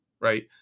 right